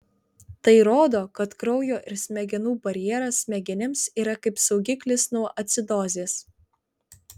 tai rodo kad kraujo ir smegenų barjeras smegenims yra kaip saugiklis nuo acidozės